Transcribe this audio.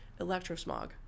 electrosmog